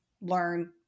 learn